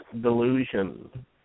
Delusion